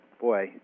boy